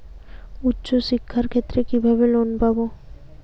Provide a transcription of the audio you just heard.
উচ্চশিক্ষার ক্ষেত্রে কিভাবে লোন পাব?